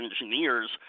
Engineers